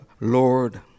Lord